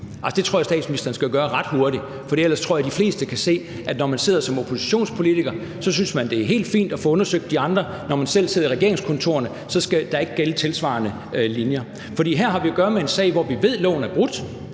Det tror jeg altså statsministeren skal gøre ret hurtigt, for ellers tror jeg, de fleste kan se, at når man sidder som oppositionspolitiker, synes man, det er helt fint at få undersøgt de andre, og at når man selv sidder i regeringskontorerne, skal der ikke gælde tilsvarende linjer. Her har vi at gøre med en sag, hvor vi ved at loven er brudt.